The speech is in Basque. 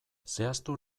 zehaztu